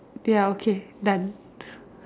ya okay done